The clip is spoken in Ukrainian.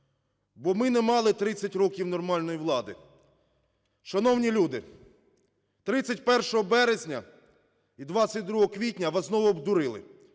Бо ми не мали 30 років нормальної влади. Шановні люди, 31 березня і 22 квітня вас знову обдурили.